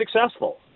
successful